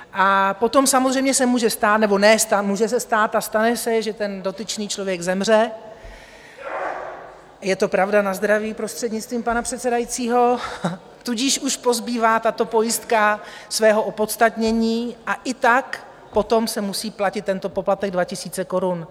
A potom samozřejmě se může stát nebo ne, stát, může se stát a stane se, že ten dotyčný člověk zemře je to pravda, na zdraví, prostřednictvím pana předsedajícího tudíž už pozbývá tato pojistka svého opodstatnění, a i tak potom se musí platit tento poplatek 2 000 korun.